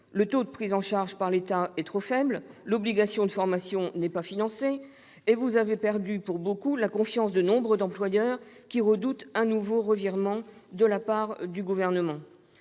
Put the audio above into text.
le taux de prise en charge par l'État est trop faible, l'obligation de formation n'est pas financée et vous avez perdu la confiance de nombre d'employeurs, qui redoutent un nouveau revirement du Gouvernement.